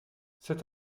cet